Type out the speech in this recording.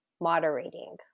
moderating